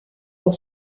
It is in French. pour